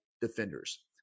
defenders